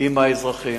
עם האזרחים.